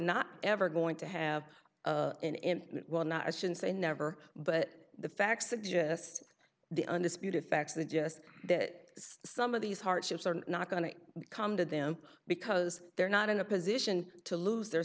not ever going to have an end it will not say never but the facts suggest the undisputed facts of the just that some of these hardships are not going to come to them because they're not in a position to lose their